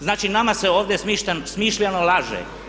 Znači nama se ovdje smišljeno laže?